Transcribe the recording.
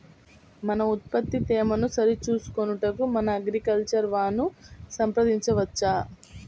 మన ఉత్పత్తి తేమను సరిచూచుకొనుటకు మన అగ్రికల్చర్ వా ను సంప్రదించవచ్చా?